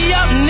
up